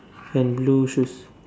and blue shoes